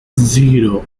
zero